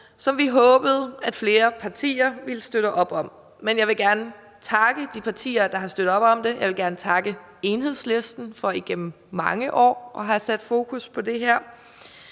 som vi håbede at flere partier ville støtte op om. Men jeg vil gerne takke de partier, der har støttet op om det; jeg vil gerne takke Enhedslisten for igennem mange år at have sat fokus på det her.